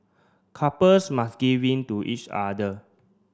couples must give in to each other